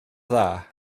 dda